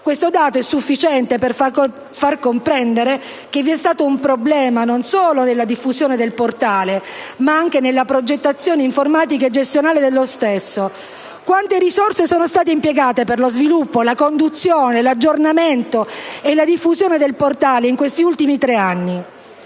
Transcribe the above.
Questo dato è sufficiente per far comprendere che vi è stato un problema non solo nella diffusione del portale, ma anche nella progettazione informatica e gestionale dello stesso. Quante risorse sono state impiegate per lo sviluppo, la conduzione, l'aggiornamento e la diffusione del portale in questi ultimi tre anni?